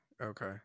Okay